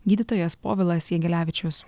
gydytojas povilas jagelavičius